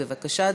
בבקשה,